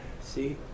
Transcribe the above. see